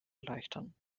erleichtern